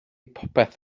popeth